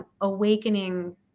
awakening